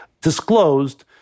disclosed